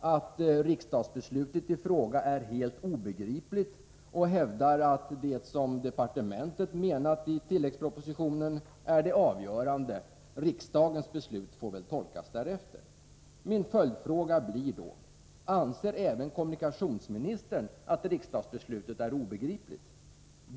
att riksdagsbeslutet i fråga är helt obegripligt och hävdar att det som departementet menat i tilläggspropositionen är det avgörande; riksdagens beslut får väl tolkas därefter. Min följdfråga blir då: Anser även kommunikationsministern att riksdagsbeslutet är obegripligt?